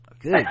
Good